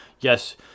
yes